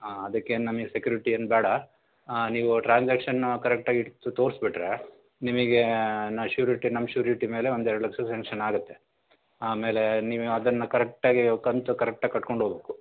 ಹಾಂ ಅದಕ್ಕೇನು ನಮಗೆ ಸೆಕ್ಯುರಿಟಿ ಏನು ಬೇಡ ನೀವು ಟ್ರಾನ್ಸ್ಯಾಕ್ಷನ್ನು ಕರೆಕ್ಟಾಗಿ ತೋರಿಸ್ಬಿಟ್ರೆ ನಿಮಗೆ ನಾ ಶೂರಿಟಿ ನಮ್ಮ ಶೂರಿಟಿ ಮೇಲೆ ಒಂದು ಎರ್ಡು ಲಕ್ಷ ಸ್ಯಾಂಕ್ಷನ್ ಆಗುತ್ತೆ ಆಮೇಲೆ ನೀವು ಅದನ್ನು ಕರೆಕ್ಟಾಗಿ ಕಂತು ಕರೆಕ್ಟಾಗಿ ಕಟ್ಕೊಂಡೋಗಬೇಕು